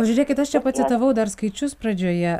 o žiūrėkit aš čia pacitavau dar skaičius pradžioje